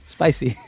Spicy